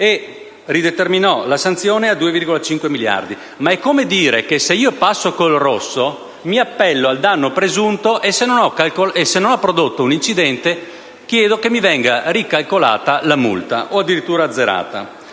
e rideterminò la sanzione, portandola a 2,5 miliardi. Ma è come dire che, se io passo con il rosso, mi appello al danno presunto e, se non ho prodotto un incidente, chiedo che la multa mi venga ricalcolata o addirittura azzerata.